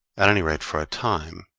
at any rate, for a time,